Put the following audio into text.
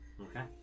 Okay